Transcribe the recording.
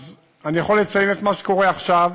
אני יכול לציין את מה שקורה עכשיו,